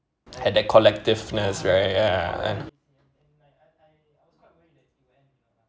at that collectiveness right ya and